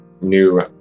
new